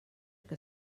que